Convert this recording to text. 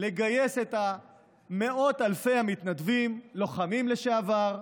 לגייס את מאות אלפי המתנדבים, לוחמים לשעבר.